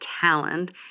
Talent